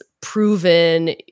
proven